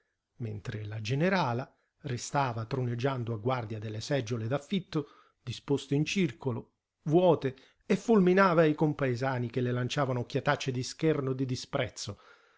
mentre la generala restava troneggiando a guardia delle seggiole d'affitto disposte in circolo vuote e fulminava i compaesani che le lanciavano occhiatacce di scherno e di disprezzo